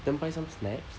then buy some snacks